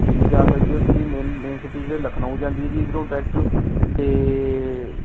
ਦਿੱਲੀ ਜਾ ਸਕਦੇ ਹੋ ਤੁਸੀਂ ਮੇਨ ਮੇਨ ਸਿਟੀਜ ਲਖਨਊ ਜਾਂਦੀ ਹੈ ਜੀ ਇੱਧਰੋਂ ਡਾਇਰੈਕਟ ਅਤੇ